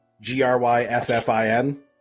G-R-Y-F-F-I-N